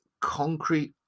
concrete